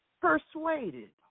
persuaded